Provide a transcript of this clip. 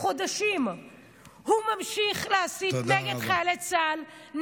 חודשים הוא ממשיך להסית נגד חיילי צה"ל,